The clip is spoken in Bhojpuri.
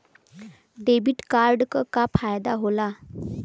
डेबिट कार्ड क का फायदा हो ला?